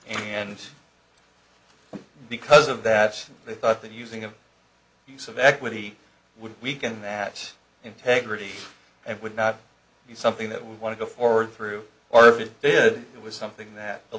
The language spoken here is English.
and because of that she thought the using of use of equity would weaken that integrity and would not be something that we want to go forward through or if it did it was something that the